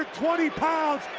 twenty pounds,